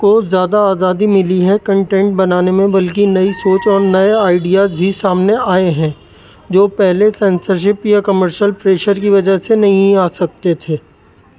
کو زیادہ آزادی ملی ہے کنٹینٹ بنانے میں بلکہ نئی سوچ اور نئے آئیڈیاز بھی سامنے آئے ہیں جو پہلے سینسرشپ یا کمرشل پریشر کی وجہ سے نہیں آ سکتے تھے